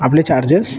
आपले चार्जेस